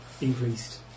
increased